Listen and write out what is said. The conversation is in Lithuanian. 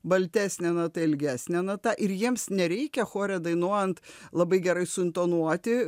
baltesnė nata ilgesnė nata ir jiems nereikia chore dainuojant labai gerai suintonuoti